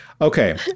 Okay